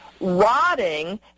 rotting